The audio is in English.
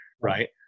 right